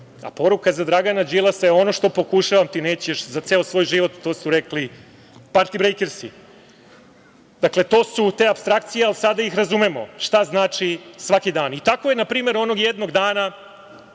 a poruka Dragana Đilasa je ono što pokušavam, ti nećeš za ceo svoj život. To su rekli Partibrejkersi. Dakle, to su te apstrakcije, ali sada razumemo šta znači svaki dan i tako je on jednog dana,